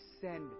send